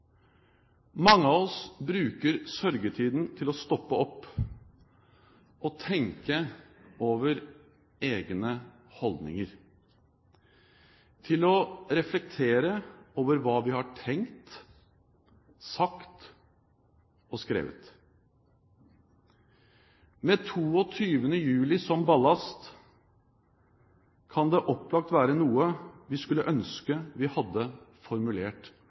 Mange av oss bruker sørgetiden til å stoppe opp og tenke over egne holdninger – til å reflektere over hva vi har tenkt, sagt og skrevet. Med 22. juli som ballast kan det opplagt være noe vi skulle ønske vi hadde formulert